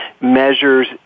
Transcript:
measures